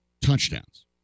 touchdowns